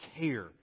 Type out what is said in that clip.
care